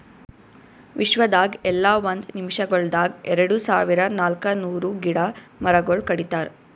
ವಿಶ್ವದಾಗ್ ಎಲ್ಲಾ ಒಂದ್ ನಿಮಿಷಗೊಳ್ದಾಗ್ ಎರಡು ಸಾವಿರ ನಾಲ್ಕ ನೂರು ಗಿಡ ಮರಗೊಳ್ ಕಡಿತಾರ್